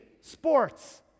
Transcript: sports